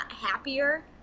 happier